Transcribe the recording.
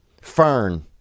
fern